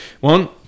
One